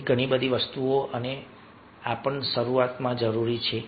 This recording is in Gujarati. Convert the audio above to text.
તેથી ઘણી બધી વસ્તુઓ અને આ પણ શરૂઆતમાં જરૂરી છે